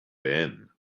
ben